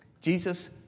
Jesus